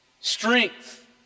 strength